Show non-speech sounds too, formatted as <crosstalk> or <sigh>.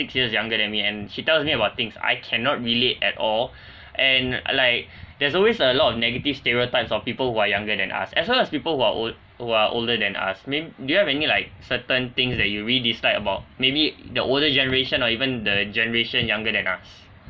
six years younger than me and she tells me about things I cannot relate at all <breath> and like there's always a lot of negative stereotypes of people who are younger than us as well as people who are old who are older than us may~ do you have any like certain things that you really dislike about maybe the older generation or even the generation younger than us